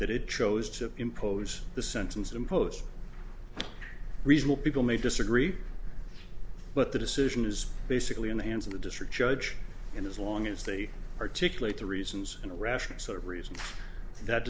it chose to impose the sentence imposed reasonable people may disagree but the decision is basically in the hands of the district judge and as long as they articulate the reasons in a rational sort of reason that